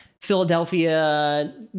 Philadelphia